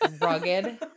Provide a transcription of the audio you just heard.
rugged